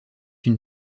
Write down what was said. une